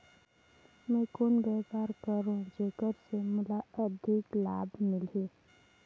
मैं कौन व्यापार करो जेकर से मोला अधिक लाभ मिलही?